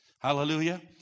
Hallelujah